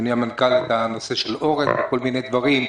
אדוני המנכ"ל, את האורז וכל מיני דברים.